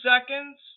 seconds